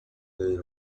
they